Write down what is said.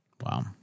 Wow